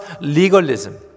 legalism